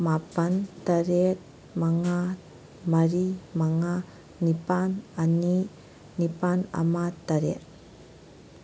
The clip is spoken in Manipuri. ꯃꯥꯄꯜ ꯇꯔꯦꯠ ꯃꯉꯥ ꯃꯔꯤ ꯃꯉꯥ ꯅꯤꯄꯥꯜ ꯑꯅꯤ ꯅꯤꯄꯥꯜ ꯑꯃ ꯇꯔꯦꯠ